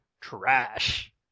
trash